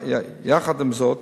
יחד עם זאת,